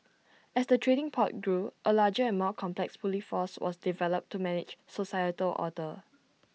as the trading port grew A larger and more complex Police force was developed to manage societal order